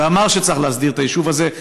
ואמר שצריך להסדיר את היישוב הזה.